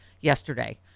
yesterday